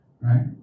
right